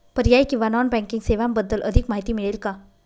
पर्यायी किंवा non banking सेवांबद्दल अधिक माहिती मिळेल का?